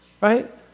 right